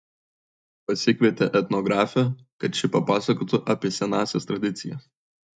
pasikvietė etnografę kad ši papasakotų apie senąsias tradicijas